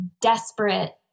desperate